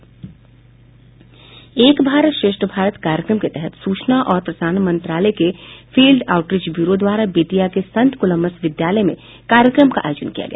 एक भारत श्रेष्ठ भारत कार्यक्रम के तहत सूचना और प्रसारण मंत्रालय के फील्ड आउटरिच ब्यूरो द्वारा बेतिया के संत कोलम्बस विद्यालय में कार्यक्रम का आयोजन किया गया